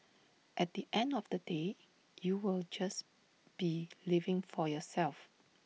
at the end of the day you'll just be living for yourself